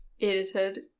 edited